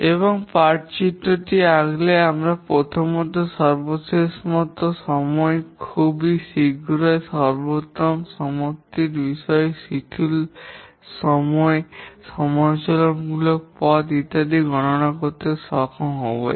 এবং PERT চিত্রটি আঁকলে আমাদের প্রথমতম সর্বশেষতম সময় খুব শীঘ্রই সর্বশেষতম সমাপ্তির সময় শিথিল সময় সমালোচনামূলক পথ ইত্যাদি গণনা করতে সক্ষম হওয়া উচিত